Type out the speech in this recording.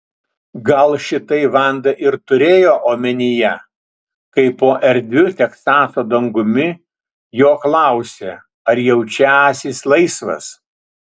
gal šitai vanda ir turėjo omenyje kai po erdviu teksaso dangumi jo klausė ar jaučiąsis laisvas